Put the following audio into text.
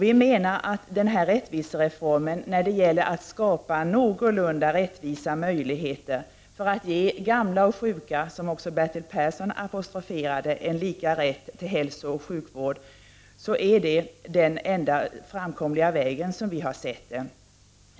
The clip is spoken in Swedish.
Vi menar att denna reform för att skapa någorlunda rättvisa möjligheter för att ge gamla och sjuka, som också Bertil Persson apostroferade, lika rätt till hälsooch sjukvård är den enda framkomliga vägen.